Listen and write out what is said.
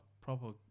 proper